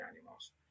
animals